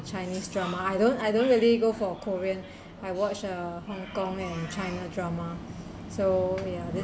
chinese drama I don't I don't really go for korean I watch uh hong kong and china drama so ya this